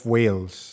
Wales